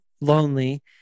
lonely